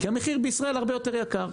כי המחיר בישראל הרבה יותר יקר.